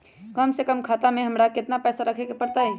कम से कम खाता में हमरा कितना पैसा रखे के परतई?